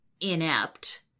inept